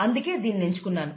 అందుకే దీనిని ఎంచుకున్నాను